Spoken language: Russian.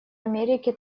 америке